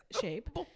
shape